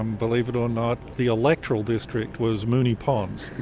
um believe it or not, the electoral district was moonee ponds.